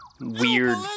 weird